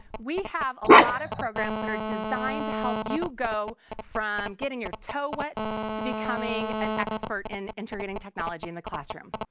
we have a lot of programs that are designed to help you go from getting your toe wet to becoming an expert in integrating technology in the classroom.